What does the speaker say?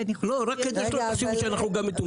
רק כדי שלא תחשבו שאנחנו גם מטומטמים.